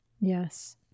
Yes